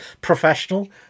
Professional